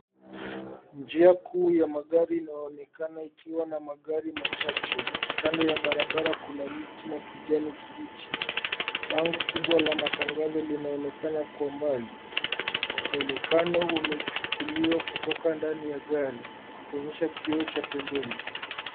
Njia kuu ya magari inaonekana ikiwa na magari michache. Kando ya barabara kuna miti ya kijani kibichi. Bango kubwa kuna linaloonekana kwa umbali Muonekano huu umechukuliwa kutoka ndani ya gari ikionyesha pembeni